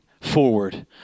forward